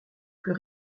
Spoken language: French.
plus